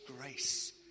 grace